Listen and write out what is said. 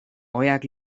oheak